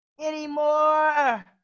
anymore